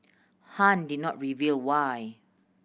Han did not reveal why